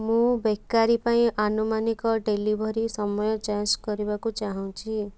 ମୁଁ ବେକାରୀ ପାଇଁ ଆନୁମାନିକ ଡେଲିଭରି ସମୟ ଯାଞ୍ଚ କରିବାକୁ ଚାହୁଁଛି